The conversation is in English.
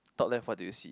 top left what do you see